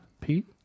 pete